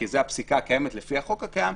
כי זה הפסיקה הקיימת לפי החוק הקיים,